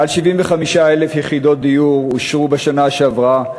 מעל 75,000 יחידות דיור אושרו בשנה שעברה,